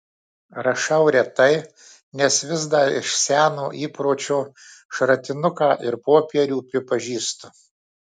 rašau retai nes vis dar iš seno įpročio šratinuką ir popierių pripažįstu